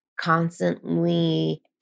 Constantly